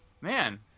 Man